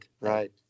right